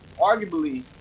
arguably